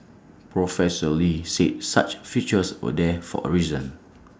professor lee said such features were there for A reason